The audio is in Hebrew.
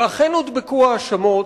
ואכן הודבקו האשמות,